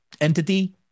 entity